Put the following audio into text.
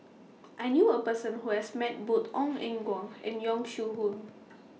I knew A Person Who has Met Both Ong Eng Guan and Yong Shu Hoong